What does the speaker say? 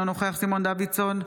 אינו נוכח סימון דוידסון,